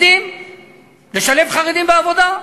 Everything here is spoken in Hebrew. לשלב חרדים בעבודה.